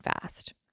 fast